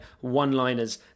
one-liners